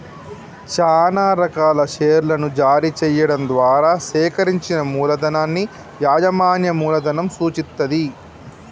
చానా రకాల షేర్లను జారీ చెయ్యడం ద్వారా సేకరించిన మూలధనాన్ని యాజమాన్య మూలధనం సూచిత్తది